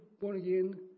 born-again